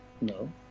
No